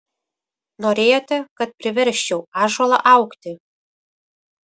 norėjote kad priversčiau ąžuolą augti